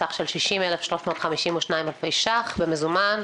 בסך של 60,352 אלפי ש"ח במזומן,